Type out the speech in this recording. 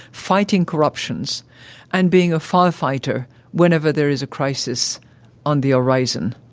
fighting corruptions and being a firefighter whenever there is a crisis on the horizon,